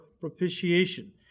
propitiation